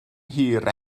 hir